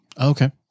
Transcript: Okay